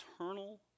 eternal